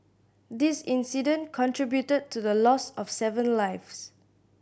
this incident contributed to the loss of seven lives